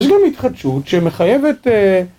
יש גם התחדשות שמחייבת...